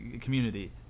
community